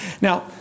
Now